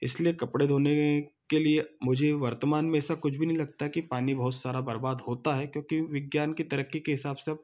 इसलिए कपड़े धोने के लिए मुझे वर्तमान में ऐसा कुछ भी नहीं लगता कि पानी बहुत सारा बर्बाद होता है क्योंकि विज्ञान की तरक्की के हिसाब से अब